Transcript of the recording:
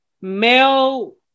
male